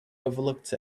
overlooked